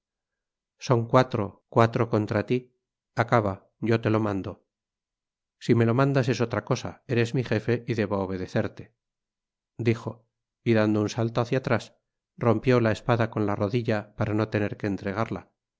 son cuatro cuatro contra tí acaba yo te lo mando si me lo mandas es otra cosa eres mi gefe y debo obedecerte dijo y dando un salto hácia atrás rompió la espada con la rodilla para no tener que entregarla